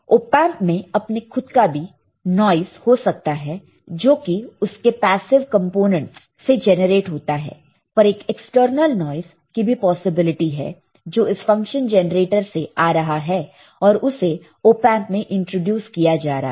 op amp में अपने खुद का भी नॉइस हो सकता है जो कि उसके पैसिव कंपोनेंटस से जेनरेट होता है पर एक एक्सटर्नल नॉइस की भी पॉसिबिलिटी है जो इस फंक्शन जेनरेटर से आ रहा है और उसे ओपएंप में इंट्रोड्यूस किया जा रहा है